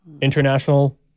international